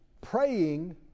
praying